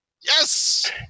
Yes